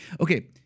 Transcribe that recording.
Okay